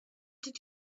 did